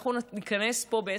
אנחנו נתכנס פה ב-10:00,